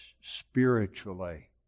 spiritually